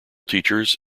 teachers